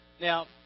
Now